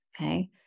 Okay